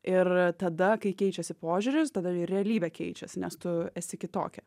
ir tada kai keičiasi požiūris tada ir realybė keičiasi nes tu esi kitokia